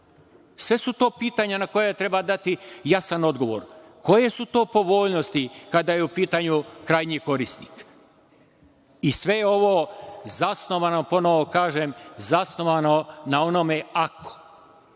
Sve su to pitanja na koja treba dati jasan odgovor. Koje su to povoljnosti kada je u pitanju krajnji korisnik? Sve je ovo zasnovano, ponovo kažem, zasnovano na onome ako. Od